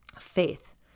Faith